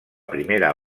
primera